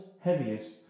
heaviest